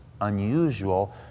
unusual